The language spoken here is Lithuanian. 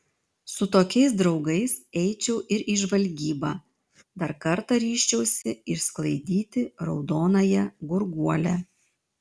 su tokiais draugais eičiau ir į žvalgybą dar kartą ryžčiausi išsklaidyti raudonąją gurguolę